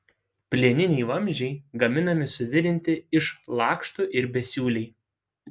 plieniniai vamzdžiai gaminami suvirinti iš lakštų ir besiūliai